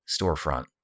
storefront